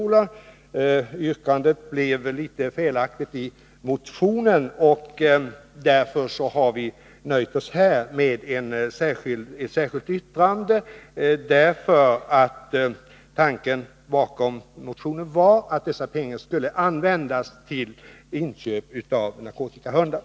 Formuleringen av yrkandet i motionen är litet felaktig, varför vi i det här sammanhanget har nöjt oss med ett särskilt yttrande, där vi framför den ursprungliga tanken på att dessa pengar skulle användas till inköp av narkotikahundar.